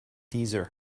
deezer